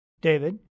David